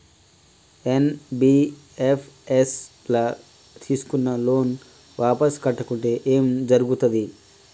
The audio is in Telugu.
ఎన్.బి.ఎఫ్.ఎస్ ల తీస్కున్న లోన్ వాపస్ కట్టకుంటే ఏం జర్గుతది?